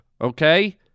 okay